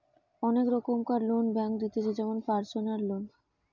অনেক রোকমকার loan bank দিতেছে যেমন পারসনাল লোন